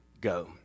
go